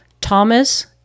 Thomas